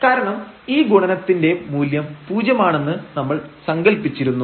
കാരണം ഈ ഗുണനത്തിന്റെ മൂല്യം പൂജ്യം ആണെന്ന് നമ്മൾ സങ്കല്പിച്ചിരുന്നു